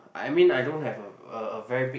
I mean I don't have a a a very big